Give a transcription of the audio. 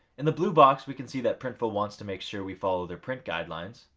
in the blue box, we can see that printful wants to make sure we follow their print guidelines.